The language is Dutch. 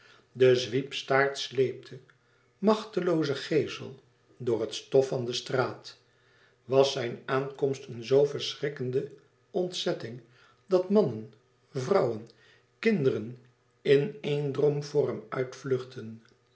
de zwiepstaart sleepte machtlooze geesel door het stof van de straat was zijn aankomst een zoo verschrikkende ontzetting dat mannen vrouwen kinderen in éen drom voor hem uit vluchtten